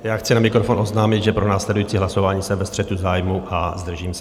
Já chci na mikrofon oznámit, že pro následující hlasování jsem ve střetu zájmů a zdržím se.